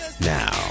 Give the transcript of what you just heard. now